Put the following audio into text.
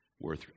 worth